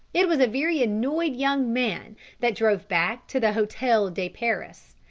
it was a very annoyed young man that drove back to the hotel de paris.